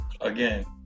Again